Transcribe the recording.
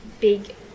big